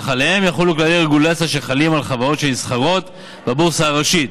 אך עליהן יחולו כללי הרגולציה שחלים על חברות שנסחרות בבורסה הראשית.